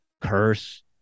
curse